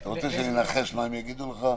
אתה רוצה שאני אנחש מה הם יגידו לך?